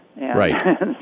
Right